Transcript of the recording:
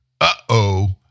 uh-oh